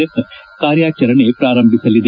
F ಕಾರ್ಯಾಚರಣೆ ಪ್ರಾರಂಭಿಸಲಿದೆ